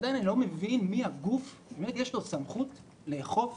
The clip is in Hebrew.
אני עדיין לא מבין מי הגוף, למי יש סמכות לאכוף